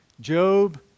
Job